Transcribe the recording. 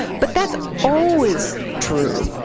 but that's always true.